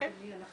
אנחנו